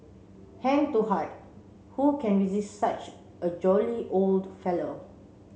hand to heart who can resist such a jolly old fellow